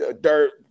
Dirt